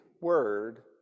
word